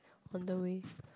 on the way